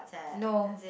no